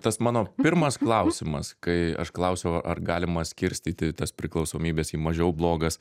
tas mano pirmas klausimas kai aš klausiau ar galima skirstyti tas priklausomybes į mažiau blogas